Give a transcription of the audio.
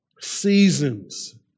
seasons